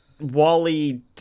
wally